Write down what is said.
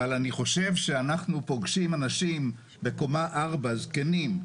אבל אני חושב שאנחנו פוגשים אנשים בקומה 4, זקנים.